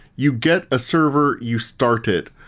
you get a server, you start it.